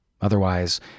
Otherwise